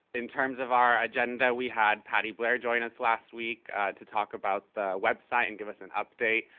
in terms of our agenda, we had patty blair join us last week to talk about the website and give us an update,